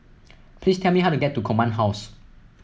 please tell me how to get to Command House